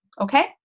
Okay